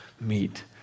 meet